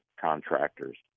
contractors